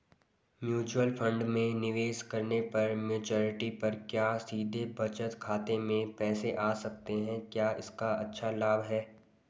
Mutual fund में निवेश करने पर मैच्योरिटी पर क्या सीधे बचत खाते में पैसे आ सकते हैं क्या इसका अच्छा लाभ है?